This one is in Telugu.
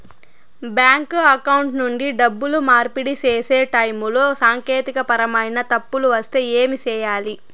బ్యాంకు అకౌంట్ నుండి డబ్బులు మార్పిడి సేసే టైములో సాంకేతికపరమైన తప్పులు వస్తే ఏమి సేయాలి